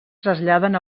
traslladen